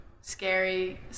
scary